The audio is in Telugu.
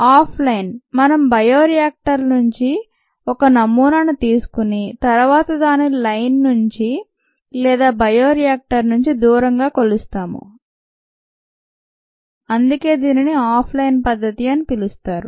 ఆఫ్ లైన్ మనము బయో రియాక్టర్ల నుండి ఒక నమూనాను తీసుకొని తరువాత దానిని లైన్ నుండి లేదా బయో రియాక్టర్ నుండి దూరంగా కొలుస్తాము అందుకే దీనిని ఆఫ్ లైన్ పద్ధతి అని పిలుస్తారు